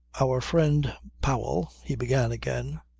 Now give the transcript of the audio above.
our friend powell, he began again,